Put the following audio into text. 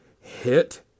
hit